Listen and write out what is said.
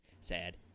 Sad